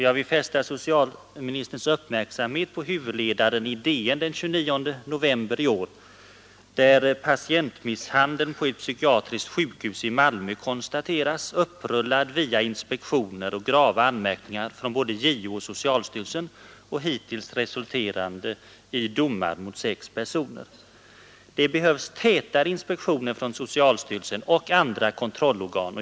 Jag vill fästa socialministerns uppmärksamhet på huvudledaren i DN den 29 november i år, där patientmisshandel på ett psykiatriskt sjukhus i Malmö konstateras, ”upprullad via inspektioner och grava anmärkningar från både JO och socialstyrelsen och hittills resulterande i domar” mot sex personer. Det behövs tätare inspektioner från socialstyrelsen och andra kontrollorgan.